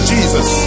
Jesus